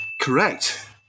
Correct